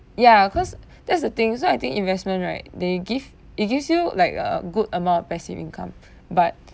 ya cause that's the thing so I think investment right they give it gives you like a good amount of passive income but